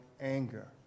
anger